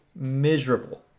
miserable